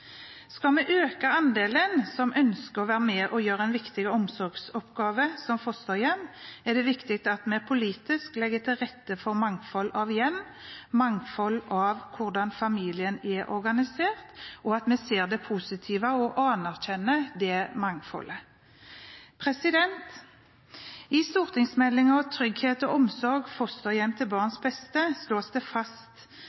Skal vi øke andelen som ønsker å være med og gjøre en viktig omsorgsoppgave som fosterhjem, er det viktig at vi politisk legger til rette for mangfold av hjem, mangfold av hvordan familien er organisert, og at vi ser det positive og anerkjenner det mangfoldet. I stortingsmeldingen «Trygghet og omsorg. Fosterhjem til